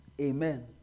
Amen